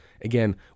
Again